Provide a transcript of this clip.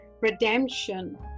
redemption